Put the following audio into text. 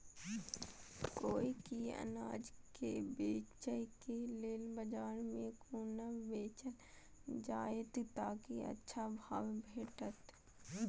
कोय भी अनाज के बेचै के लेल बाजार में कोना बेचल जाएत ताकि अच्छा भाव भेटत?